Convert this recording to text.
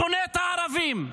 שונאת הערבים,